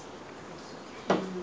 weekday okay